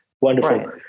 Wonderful